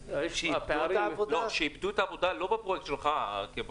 שאיבדו את העבודה לא בפרויקט שלך כי הוא